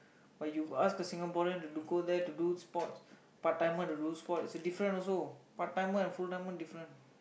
but you ask the Singaporean to go there to do sports part timer to do sports it's a different also part timer and full timer different